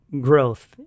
growth